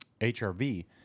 hrv